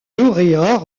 lauréats